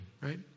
right